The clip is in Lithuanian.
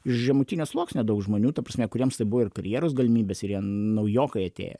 iš žemutinio sluoksnio daug žmonių ta prasme kuriems tai buvo ir karjeros galimybės ir naujokai atėję